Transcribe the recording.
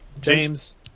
James